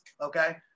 okay